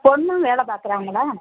பொண்ணும் வேலை பார்க்கறாங்களா